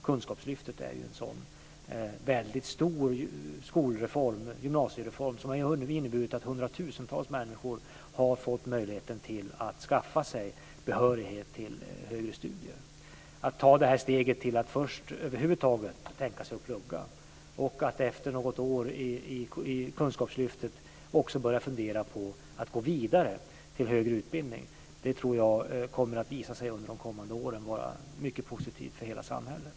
Kunskapslyftet är en sådan väldigt stor gymnasiereform, som har inneburit att hundratusentals människor har fått möjlighet att skaffa sig behörighet till högre studier. Att dessa först tar steget att över huvud taget tänka sig att plugga och sedan efter något år i Kunskapslyftet också börjar fundera på att gå vidare till högre utbildning tror jag under de kommande åren kommer att visa sig vara mycket positivt för hela samhället.